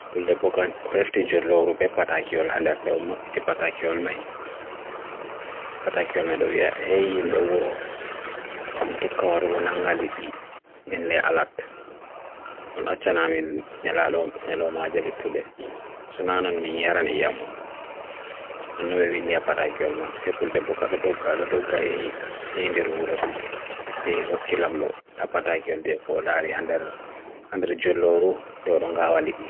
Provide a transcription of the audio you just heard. Pulɗeɓɓo ka o hefti jolloru ɓe pataakiwol haa nɗer nɗe o maɓɓiti pataakiwol mai pataakiwol mai ɗo wia hey himɓe wuro on tokka warugo nanga liɗɗi nyanɗe alaɗ on acca na amin nyalomaaje luttuɗe sonaa non min yaran iyam mon nonno ɓe winɗi ha pataakiwol man sai pulɗeɓɓo ka ɗo ɗogga ɗo ɗogga yehi nɗer wuro yehi hokki lamɗo nɗa pataakiwol jei ko o laari ha nɗer jolloru nɗe o ɗo ngaawa liɗɗi.